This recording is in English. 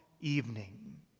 evening